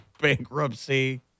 Bankruptcy